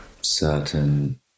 certain